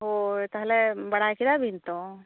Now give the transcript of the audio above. ᱦᱳᱭ ᱛᱟᱦᱚᱞᱮ ᱵᱟᱲᱟᱭ ᱠᱮᱫᱟ ᱵᱤᱱ ᱛᱳ